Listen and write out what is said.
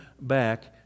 back